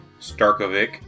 Starkovic